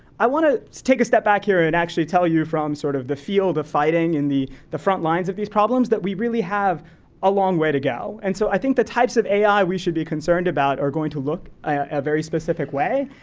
i wanna take a step back here and actually tell you from sort of the field of fighting and the the front lines of these problems that we really have a long way to go. and so i think the types of ai we should be concerned about are going to look a very specific way.